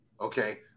okay